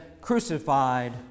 crucified